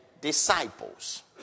disciples